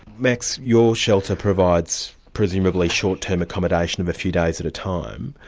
maxine, your shelter provides presumably short-term accommodation of a few days at a time.